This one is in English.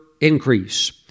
increase